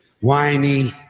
Whiny